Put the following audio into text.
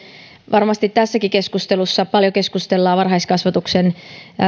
varmasti tässäkin keskustelussa paljon keskustellaan varhaiskasvatuksen